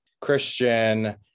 Christian